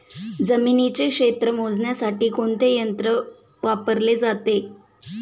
जमिनीचे क्षेत्र मोजण्यासाठी कोणते यंत्र वापरले जाते?